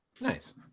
Nice